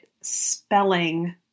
spelling